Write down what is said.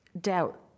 doubt